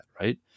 right